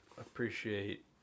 appreciate